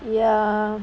ya